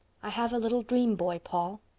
i have a little dream boy, paul.